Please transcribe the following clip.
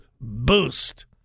BOOST